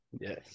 Yes